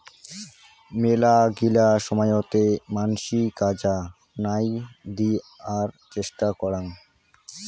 মেলাগিলা সময়তে মানসি কাজা নাই দিয়ার চেষ্টা করং